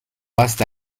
hasta